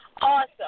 Awesome